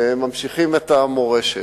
ממשיכים את המורשת.